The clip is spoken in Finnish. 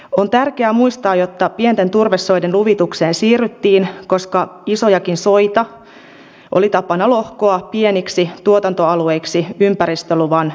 on tärkeää muistaa että pienten turvesoiden luvitukseen siirryttiin koska isojakin soita oli tapana lohkoa pieniksi tuotantoalueiksi ympäristöluvan välttämiseksi